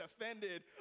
offended